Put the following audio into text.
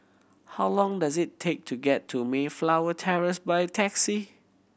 how long does it take to get to Mayflower Terrace by taxi